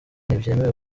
ntibyemewe